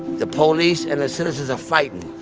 the police and the citizens are fighting.